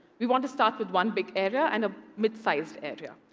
we want to start with one big area and a mid-sized area.